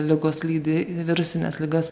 ligos lydi virusines ligas